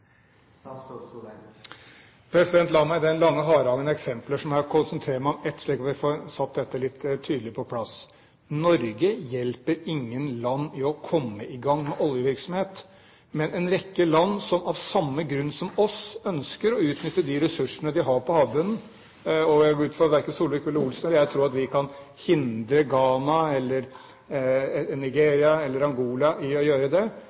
La meg etter den lange harangen av eksempler konsentrere meg om ett for å få satt dette litt tydelig på plass: Norge hjelper ingen land med å komme i gang med oljevirksomhet, men en rekke land ønsker, av samme grunn som oss, å utnytte de ressursene de har på havbunnen. Jeg går ut fra at verken Solvik-Olsen eller